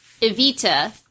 Evita